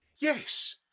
Yes